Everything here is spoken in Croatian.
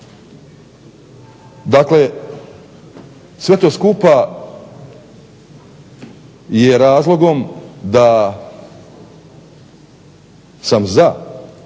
Dakle, sve to skupa je razlogom da sam za